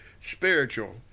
spiritual